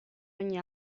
ogni